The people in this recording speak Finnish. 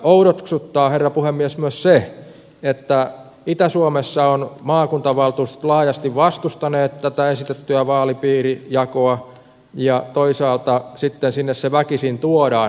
oudoksuttaa herra puhemies myös se että itä suomessa ovat maakuntavaltuustot laajasti vastustaneet tätä esitettyä vaalipiirijakoa ja toisaalta sitten sinne se väkisin tuodaan